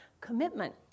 Commitment